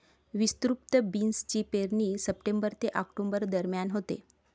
विस्तृत बीन्सची पेरणी सप्टेंबर ते ऑक्टोबर दरम्यान होते